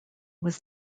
was